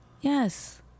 Yes